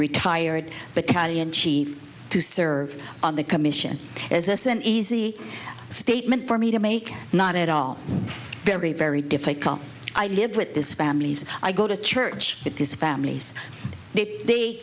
retired but kalyan chief to serve on the commission is this an easy statement for me to make not at all very very difficult i live with these families i go to church it is families they